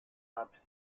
abside